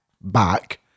back